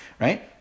right